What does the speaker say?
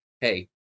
hey